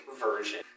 version